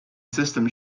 system